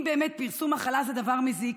אם באמת פרסום מחלה זה דבר מזיק,